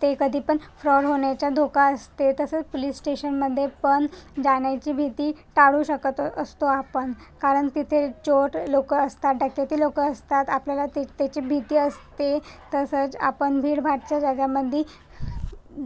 ते कधी पण फ्रॉड होण्याचा धोका असते तसंच पुलिस स्टेशनमध्ये पण जाण्याची भीती टाळू शकत असतो आपण कारण तिथे चोट लोक असतात डकेती लोक असतात आपल्याला ते त्याची भीती असते तसंच आपण भीडभाडच्या जाग्यामध्ये